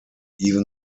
even